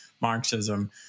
Marxism